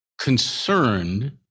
concerned